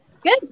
Good